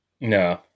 No